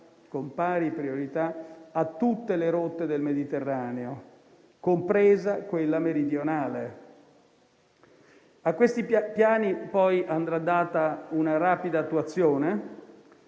con pari priorità a tutte le rotte del Mediterraneo, compresa quella meridionale. A questi piani poi andrà data una rapida attuazione.